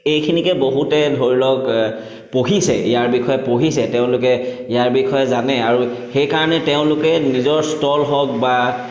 এইখিনিকে বহুতে ধৰি লওক পঢ়িছে ইয়াৰ বিষয়ে পঢ়িছে তেওঁলোকে ইয়াৰ বিষয়ে জানে আৰু সেইকাৰণে তেওঁলোকে নিজৰ ষ্টল হওক বা